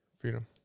freedom